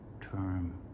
term